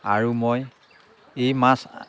আৰু মই এই মাছ